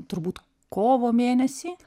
turbūt kovo mėnesį